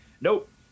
Nope